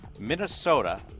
Minnesota